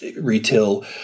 retail